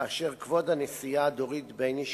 כאשר כבוד הנשיאה דורית בייניש